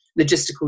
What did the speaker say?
logistical